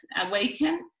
awaken